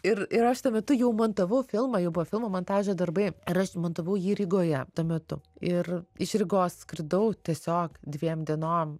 ir ir aš tuo metu jau montavau filmą jau buvo filmo montažo darbai ir aš montavau jį rygoje tuo metu ir iš rygos skridau tiesiog dviem dienom